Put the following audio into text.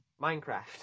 Minecraft